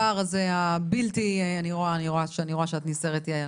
הפער הזה בלתי יאמן ואני רואה שאת נסערת יעל.